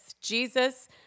Jesus